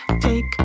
Take